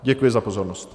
Děkuji za pozornost.